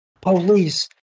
Police